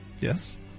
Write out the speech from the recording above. Yes